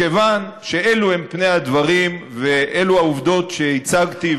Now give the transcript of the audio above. כיוון שאלה הם פני הדברים ואלה הן העובדות שהצגתי,